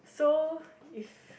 so if